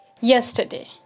Yesterday